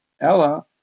Ella